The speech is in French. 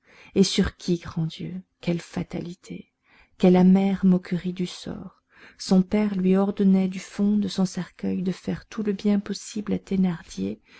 et sur qui grand dieu quelle fatalité quelle amère moquerie du sort son père lui ordonnait du fond de son cercueil de faire tout le bien possible à thénardier